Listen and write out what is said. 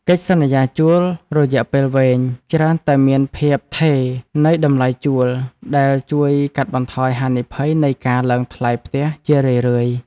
កិច្ចសន្យាជួលរយៈពេលវែងច្រើនតែមានភាពថេរនៃតម្លៃជួលដែលជួយកាត់បន្ថយហានិភ័យនៃការឡើងថ្លៃផ្ទះជារឿយៗ។